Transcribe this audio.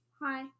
Hi